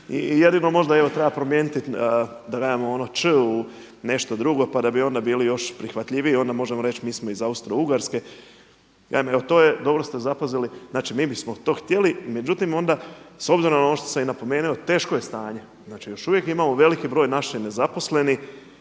I jedino možda evo treba promijeniti da nemamo ono Č u, nešto drugo pa da bi bili još prihvatljiviji. Onda možemo reći mi smo iz Austro ugarske. Evo to je, dobro ste zapazili, znači mi bismo to htjeli. Međutim s obzirom i na ono što sam i napomenuo teško je stanje. Znači još uvijek imamo veliki broj naših nezaposlenih